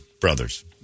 brothers